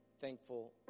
thankful